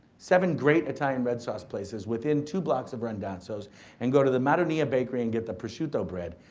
seven great italian red sauce places within two blocks of randazzo's and go to the madonia bakery and get the prosciutto bread.